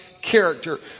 character